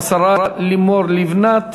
השרה לימור לבנת.